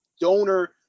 donor